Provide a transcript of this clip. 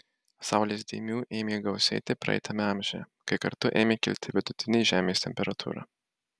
saulės dėmių ėmė gausėti praeitame amžiuje kai kartu ėmė kilti vidutinė žemės temperatūra